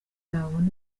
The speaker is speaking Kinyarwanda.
yabona